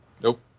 Nope